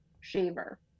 shaver